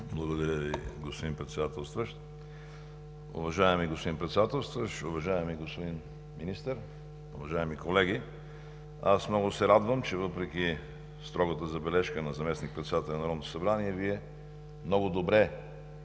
Благодаря Ви, господин Председателстващ. Уважаеми господин Председателстващ, уважаеми господин Министър, уважаеми колеги! Много се радвам, че въпреки строгата забележка на заместник-председателя на Народното събрание Вие много добре